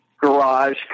garage